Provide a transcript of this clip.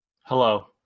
Hello